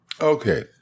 Okay